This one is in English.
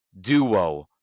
duo